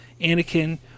Anakin